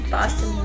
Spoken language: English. Boston